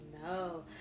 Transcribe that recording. no